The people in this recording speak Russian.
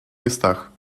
местах